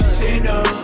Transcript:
sinner